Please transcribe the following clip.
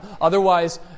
Otherwise